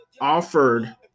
offered